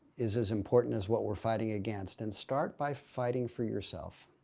is as important as what we're fighting against and start by fighting for yourself.